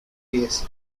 nucleus